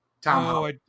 Tom